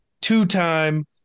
two-time